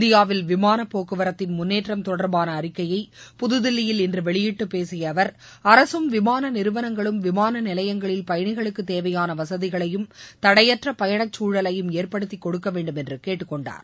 இந்தியாவில் விமான போக்குவரத்தின் முன்னேற்றம் தொடர்பான அறிக்கையை புதுதில்லியில் இன்று வெளியிட்டு பேசிய அவர் அரசும் விமான நிறுவனங்களும் விமான நிலையங்களில் பயணிகளுக்கு தேவையான வசதிகளையும் தடையற்ற பயண சூழலையும் ஏற்படுத்தி கொடுக்க வேண்டும் என்று கேட்டுக் கொண்டார்